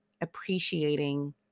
appreciating